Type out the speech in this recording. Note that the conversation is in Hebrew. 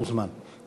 מוזמן.